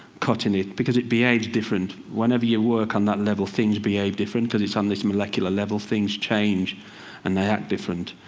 cutting it, because it behaves different. whenever you work on that level, things behave different. because it's on this molecular level things change and they act different.